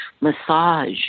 massage